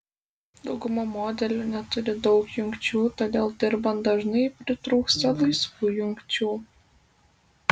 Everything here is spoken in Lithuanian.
dauguma modelių neturi daug jungčių todėl dirbant dažnai pritrūksta laisvų jungčių